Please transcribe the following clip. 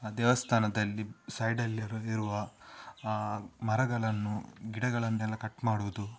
ಆ ದೇವಸ್ಥಾನದಲ್ಲಿ ಸೈಡಲ್ಲಿರುವ ಮರಗಳನ್ನು ಗಿಡಗಳನ್ನೆಲ್ಲ ಕಟ್ ಮಾಡುವುದು